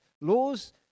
Laws